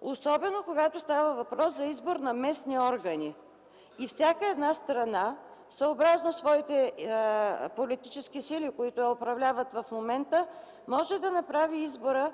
особено когато става въпрос за избор на местни органи. Всяка една страна, съобразно своите политически сили, които я управляват в момента, може да направи избора